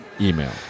email